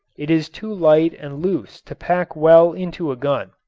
it is too light and loose to pack well into a gun.